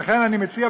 לכן אני מציע,